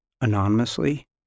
anonymously